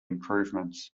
improvements